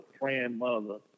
grandmother